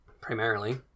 primarily